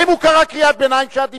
האם הוא קרא קריאת ביניים כשאת דיברת?